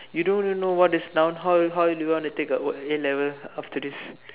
you do don't even know what is noun how how do you want to take the O A-level after this